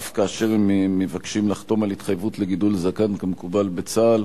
אף כאשר הם מבקשים לחתום על התחייבות לגידול זקן כמקובל בצה"ל.